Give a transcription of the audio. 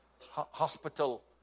hospital